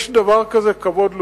יש דבר כזה כבוד לאומי.